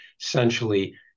essentially